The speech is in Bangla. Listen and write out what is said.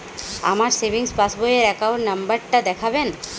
আমার সেভিংস পাসবই র অ্যাকাউন্ট নাম্বার টা দেখাবেন?